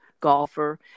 golfer